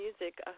Music